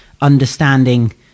understanding